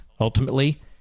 Ultimately